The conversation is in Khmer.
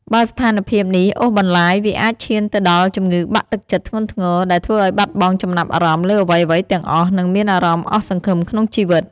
បើស្ថានភាពនេះអូសបន្លាយ វាអាចឈានទៅដល់ជំងឺបាក់ទឹកចិត្តធ្ងន់ធ្ងរ ដែលធ្វើឱ្យបាត់បង់ចំណាប់អារម្មណ៍លើអ្វីៗទាំងអស់ និងមានអារម្មណ៍អស់សង្ឃឹមក្នុងជីវិត។